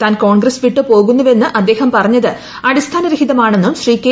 താൻ കോൺഗ്രസ് വിട്ടു പോകുന്നുവെന്ന് അദ്ദേഹം പറഞ്ഞത് അടിസ്ഥാന രഹിതമാണെന്നും ശ്രീ കെ